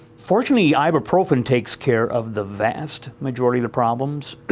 fortunately, ibuprofen takes care of the vast majority of the problems.